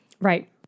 right